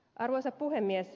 arvoisa puhemies